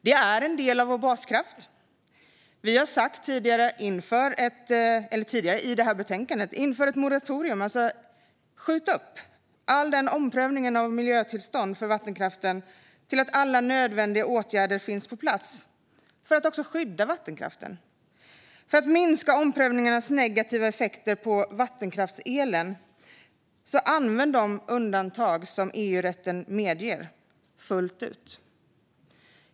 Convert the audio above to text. Den är en del av vår baskraft. I det här betänkandet har vi sagt: Inför ett moratorium! Skjut upp all omprövning av miljötillstånd för vattenkraften fram till att alla nödvändiga åtgärder finns på plats, också för att skydda vattenkraften. För att minska omprövningarnas negativa effekter på vattenkraftselen anser vi att man bör använda de undantag som EU-rätten medger fullt ut.